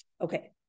Okay